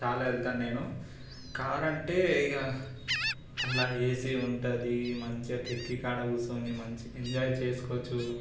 చాల వెళ్తాను నేను కార్ అంటే ఇగ అన్లా ఏసి ఉంటుంది మంచిగా కిటికీ కాడ కూర్చుని మంచిగా ఎంజాయ్ చేసుకోవచ్చు